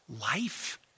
life